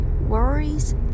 worries